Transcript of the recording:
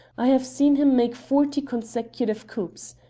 i have seen him make forty consecutive coups.